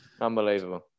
unbelievable